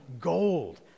gold